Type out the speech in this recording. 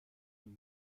den